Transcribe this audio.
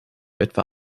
etwa